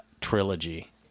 trilogy